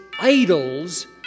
idols